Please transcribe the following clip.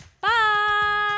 Bye